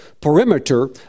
perimeter